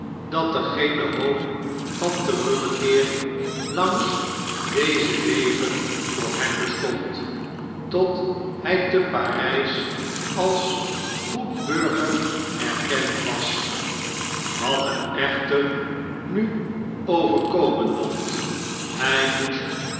dat er geene hoop van terugkeer langs deze wegen voor hem bestond tot h j te p a r ij s als goed burger erkend was wat hem echter nu overkomen mocht laj moest